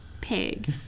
pig